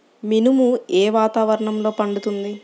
మినుము ఏ వాతావరణంలో పండుతుంది?